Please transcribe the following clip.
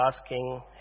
asking